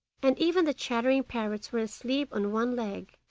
and even the chattering parrots were asleep on one leg,